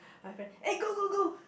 my friend eh go go go